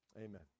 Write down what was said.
Amen